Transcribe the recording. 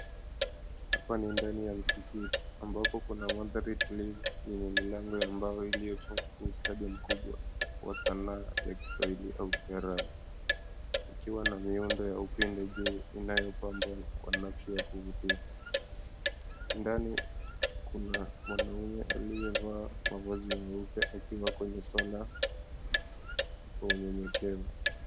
Hapa ni ndani ya msikiti ambapo kuna mandhari tulivu yenye milango ya mbao uliochongwa kwa ustadi mkubwa kwa sanaha ya kiswahili au kiarabu ikiwa na miundo ya upinde juu inayopambwa kwa nakshi ya kuvutia. Ndani kuna mwanaume aliyevaa mavazi meupe akiwa kwenye sala kwa unyenyekevu.